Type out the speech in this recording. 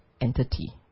entity